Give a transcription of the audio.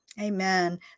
Amen